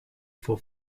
for